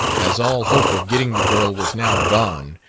as all hope of getting the girl was now gone,